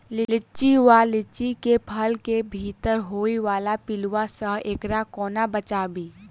लिच्ची वा लीची केँ फल केँ भीतर होइ वला पिलुआ सऽ एकरा कोना बचाबी?